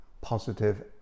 positive